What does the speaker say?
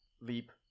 leap